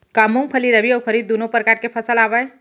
का मूंगफली रबि अऊ खरीफ दूनो परकार फसल आवय?